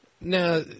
now